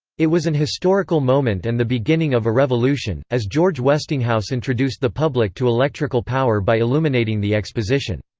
it was an historical moment and the beginning of a revolution, as george westinghouse introduced the public to electrical power by illuminating the exposition.